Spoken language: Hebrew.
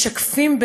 משקפים,